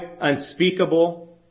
unspeakable